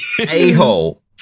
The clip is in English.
a-hole